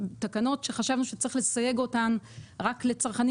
תקנות שחשבנו שצריך לסייג אותן רק לצרכנים